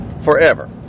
forever